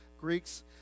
Greeks